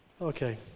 Okay